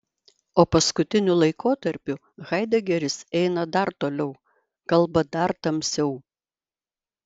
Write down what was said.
o paskutiniu laikotarpiu haidegeris eina dar toliau kalba dar tamsiau